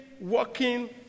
working